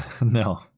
No